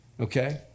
okay